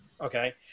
okay